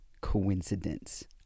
coincidence